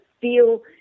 feel